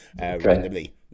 randomly